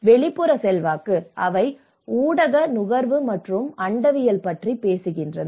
வெளிப்புற செல்வாக்கு அவை ஊடக நுகர்வு மற்றும் அண்டவியல் பற்றி பேசுகின்றன